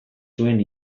zuen